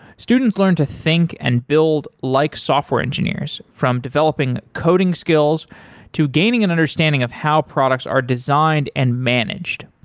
students learn to think and build like software engineers, from developing coding skills to gaining an understanding of how products are designed and managed.